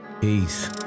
peace